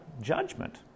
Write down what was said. judgment